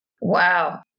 Wow